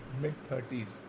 mid-30s